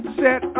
set